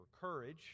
courage